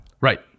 Right